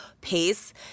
pace